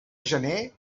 gener